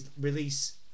release